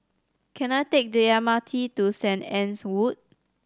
can I take the M R T to Saint Anne's Wood